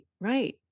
right